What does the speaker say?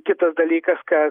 kitas dalykas kad